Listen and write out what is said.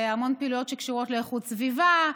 המון פעילויות שקשורות לאיכות סביבה,